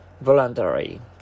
voluntary